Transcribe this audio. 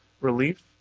relief